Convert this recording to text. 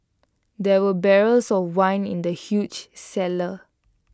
there were barrels of wine in the huge cellar